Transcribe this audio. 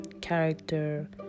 character